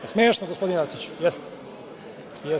Smešno gospodine Arsiću, jeste, jeste.